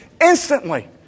Instantly